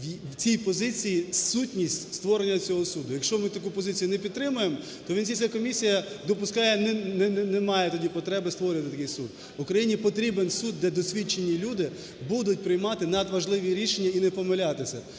В цій позиції сутність створення цього суду, якщо ми таку пропозицію не підтримаємо, то Венеціанська комісія допускає, немає тоді потреби створювати такий суд. Україні потрібен суд, де досвідчені люди будуть приймати надважливі рішення і не помилятися.